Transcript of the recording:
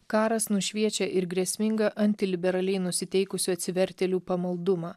karas nušviečia ir grėsmingą antiliberaliai nusiteikusių atsivertėlių pamaldumą